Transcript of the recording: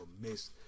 miss